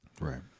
Right